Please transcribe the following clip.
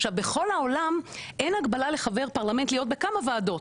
עכשיו בכל העולם אין הגבלה לחבר פרלמנט להיות בכמה ועדות,